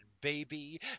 baby